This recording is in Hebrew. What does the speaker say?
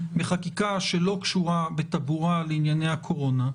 בחקיקה שלא קשורה בטבורה לענייני הקורונה,